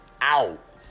out